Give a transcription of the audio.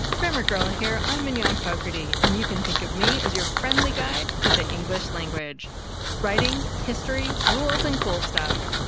grammar girl ah here. i'm mignon and yeah and fogarty and you can think of me as your friendly guide to the english language writing, history, rules, and cool stuff.